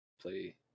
play